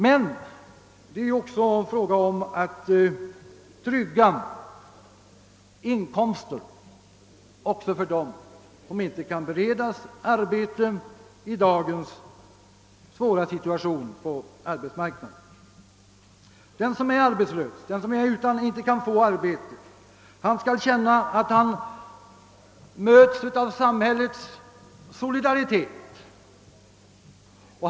Men det är inte minst angeläget att trygga inkomsten även för sådana som inte kan beredas arbete i dagens svåra situation på arbetsmarknaden. De som inte kan få arbete skall känna att de möts av samhällets solidaritet.